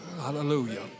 Hallelujah